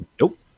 Nope